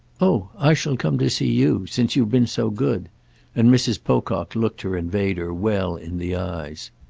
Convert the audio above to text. oh i shall come to see you, since you've been so good and mrs. pocock looked her invader well in the eyes.